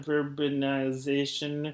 urbanization